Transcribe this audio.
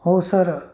हो सर